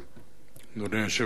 אדוני היושב-ראש,